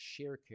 Sharecare